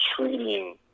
treating